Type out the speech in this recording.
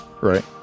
right